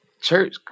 Church